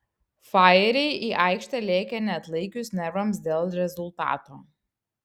fajeriai į aikštę lėkė neatlaikius nervams dėl rezultato